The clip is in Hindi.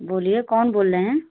बोलिए कौन बोल रहे हैं